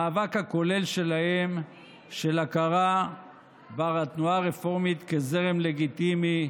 המאבק הכולל שלהם להכרה בתנועה הרפורמית כזרם לגיטימי,